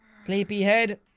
sleepy head.